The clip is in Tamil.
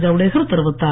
ஜவுடேகர் தெரிவித்தார்